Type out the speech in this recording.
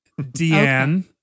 Deanne